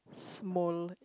small